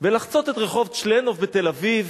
ולחצות את רחוב צ'לנוב בתל-אביב,